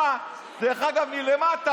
ואז נימנע,